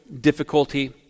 difficulty